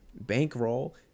Bankroll